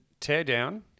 Teardown